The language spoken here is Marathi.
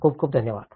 खूप खूप धन्यवाद